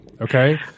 Okay